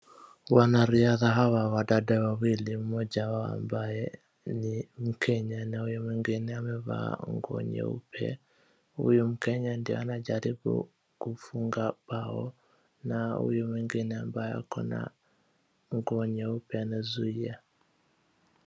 Wanariadha hawa wadada wawili, mmoja wao ambaye ni mkenya na huyu mwingine amevaa nguo nyeupe. Huyu mkenya ndiyo anajaribu kufunga bao na huyu mwingine ambaye ako na nguo nyeupe anazuia.